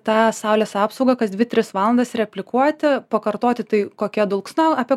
tą saulės apsaugą kas dvi tris valandas replikuoti pakartoti tai kokia dulksna apie